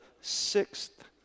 sixth